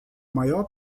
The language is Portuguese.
maior